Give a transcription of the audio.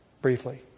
briefly